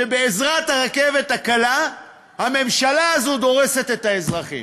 בעזרת הרכת הקלה הממשלה הזו דורסת את האזרחים.